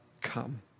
come